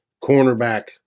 cornerback